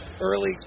Early